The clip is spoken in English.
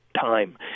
time